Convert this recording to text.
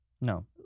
No